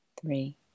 three